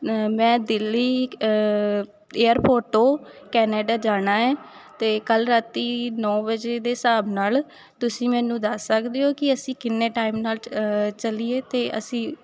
ਮੈਂ ਦਿੱਲੀ ਏਅਰਪੋਰਟ ਤੋਂ ਕੈਨੇਡਾ ਜਾਣਾ ਹੈ ਅਤੇ ਕੱਲ੍ਹ ਰਾਤੀ ਨੌ ਵਜੇ ਦੇ ਹਿਸਾਬ ਨਾਲ਼ ਤੁਸੀਂ ਮੈਨੂੰ ਦੱਸ ਸਕਦੇ ਹੋ ਕਿ ਅਸੀਂ ਕਿੰਨੇ ਟਾਈਮ ਨਾਲ ਚੱਲੀਏ ਅਤੇ ਅਸੀਂ